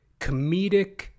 comedic